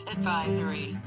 Advisory